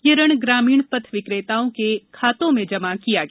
यह ऋण ग्रामीण पथ विक्रेताओं के खातों में जमा किया गया